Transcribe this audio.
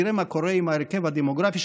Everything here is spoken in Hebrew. תראה מה קורה עם ההרכב הדמוגרפי.